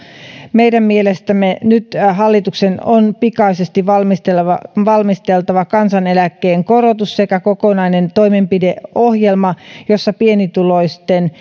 meidän mielestämme nyt hallituksen on pikaisesti valmisteltava valmisteltava kansaneläkkeen korotus sekä kokonainen toimenpideohjelma jossa pienituloisten